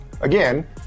again